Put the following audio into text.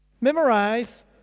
Memorize